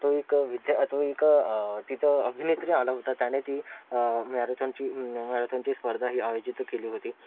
तो एक विद्या तो एक तिथं अभिनेत्री आला होता त्याने ती मॅरेथॉनची मॅरेथॉनची स्पर्धा ही आयोजित केली होती